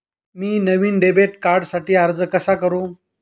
मी नवीन डेबिट कार्डसाठी अर्ज कसा करु?